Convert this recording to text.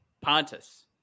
Pontus